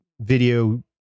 video